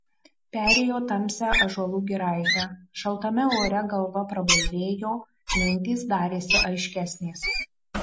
perėjo tamsią ąžuolų giraitę šaltame ore galva prablaivėjo mintys darėsi aiškesnės